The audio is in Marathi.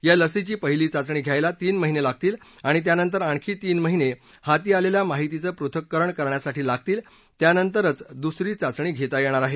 या लसीची पहिली चाचणी घ्यायला तीन महिने लागतील आणि त्यानंतर आणखी तीन महिने हाती आलेल्या माहितीचं पृथक्करण करण्यासाठी लागतील त्यानंतरच दुसरी चाचणी घेता येणार आहे